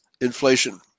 inflation